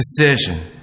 decision